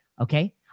Okay